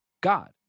God